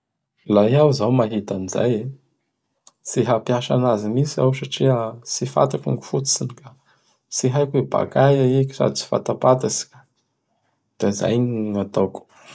Laha iaho izao mahita an'izay e! Tsy hampiasa azy mihintsy iaho satria tsy fantako gny fototsiny ka. Tsy hoe bakaia i k sady tsy fatapatatsy ka. Da izay gn'ataoko.